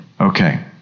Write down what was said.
Okay